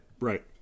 Right